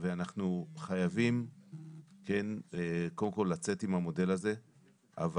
אנחנו חייבים לצאת עם המודל הזה אבל